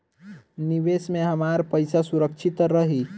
निवेश में हमार पईसा सुरक्षित त रही?